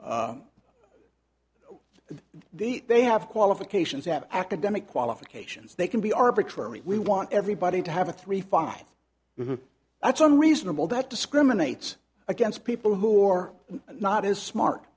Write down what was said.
the they have qualifications have academic qualifications they can be arbitrary we want everybody to have a three five that's unreasonable that discriminates against people who are not as smart